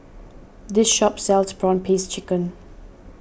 this shop sells Prawn Paste Chicken